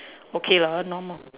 okay lah normal